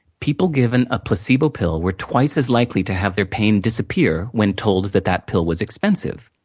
people given a placebo pill were twice as likely to have their pain disappear when told that that pill was expensive.